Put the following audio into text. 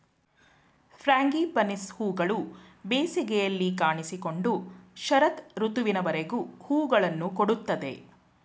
frangipanis ಹೂಗಳು ಬೇಸಿಗೆಯಲ್ಲಿ ಕಾಣಿಸಿಕೊಂಡು ಶರತ್ ಋತುವಿನವರೆಗೂ ಹೂಗಳನ್ನು ಕೊಡುತ್ತದೆ